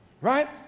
Right